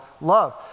love